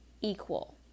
equal